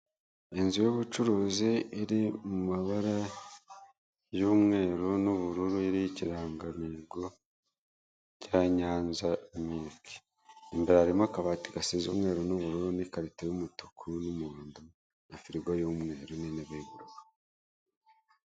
Inzu y'ubucuruzi iri mu mabara y'umweru n'ubururu iriho ikirangantego cya Nyanza miriki, imbere harimo akabati gasize umweru n'ubururu n'ikarito y'umutuku n'umuhondo na firigo y'umweru nini begura.